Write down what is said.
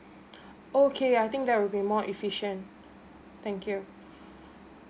okay I think that will be more efficient thank you